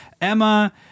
Emma